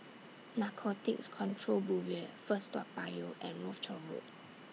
Narcotics Control Bureau First Toa Payoh and Rochor Road